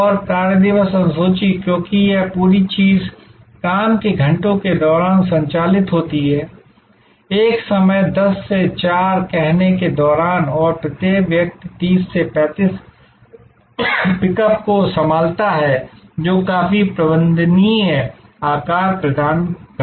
और कार्यदिवस अनुसूची क्योंकि यह पूरी चीज काम के घंटों के दौरान संचालित होती है इस समय 10 से 4 कहने के दौरान और प्रत्येक व्यक्ति 30 से 35 पिकअप को संभालता है जो काफी प्रबंधनीय आकार प्रदान करता है